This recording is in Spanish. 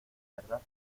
verdad